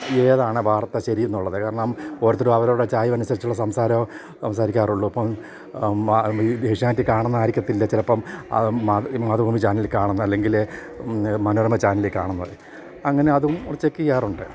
ഏതാണ് വാർത്ത ശരി എന്നള്ളത് കാരണം ഓരോരുത്തരും അവരുടെ ചായ്വിന് അനുസരിച്ചുള്ള സംസാരമേ സംസാരിക്കാറുള്ളൂ ഇ ഏഷ്യാനെറ്റിൽ കാണുന്നത് ആയിരിക്കത്തില്ല ചിലപ്പം മാതൃഭൂമി ചാനല് കാണുന്നത് അല്ലെങ്കിൽ മനോരമ ചാനലിൽ കാണുന്നത് അങ്ങനെ അതും ചെക്ക് ചെയ്യാറുണ്ട്